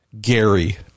Gary